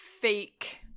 fake